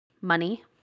money